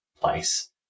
place